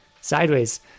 sideways